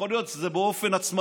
או יכול להיות שזה באופן עצמאי,